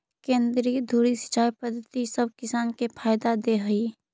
केंद्रीय धुरी सिंचाई पद्धति सब किसान के फायदा देतइ